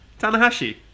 Tanahashi